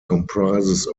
comprises